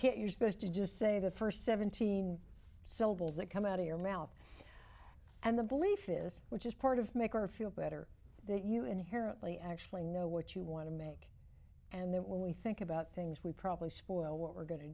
use those just say the first seventeen syllables that come out of your mouth and the belief is which is part of make her feel better that you inherently actually know what you want to make and then when we think about things we probably spoil what we're going to